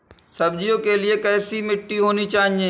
सब्जियों के लिए कैसी मिट्टी होनी चाहिए?